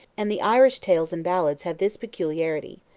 and the irish tales and ballads have this peculiarity,